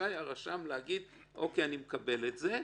רשאי הרשם להגיד: אני מקבל את זה,